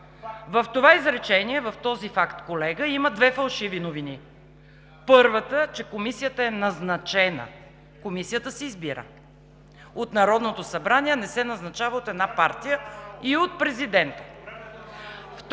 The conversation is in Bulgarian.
В това изречение, в този факт, колега, има две фалшиви новини. Първата, че Комисията е назначена. Комисията се избира от Народното събрание и от президента,